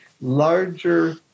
larger